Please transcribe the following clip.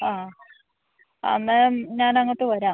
ആ അന്നേരം ഞാനങ്ങോട്ട് വരാം